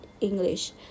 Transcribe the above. english